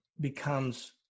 becomes